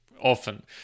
often